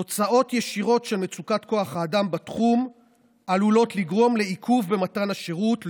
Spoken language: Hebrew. תוצאות ישירות של מצוקת כוח האדם בתחום עלולות להיות עיכוב במתן השירות,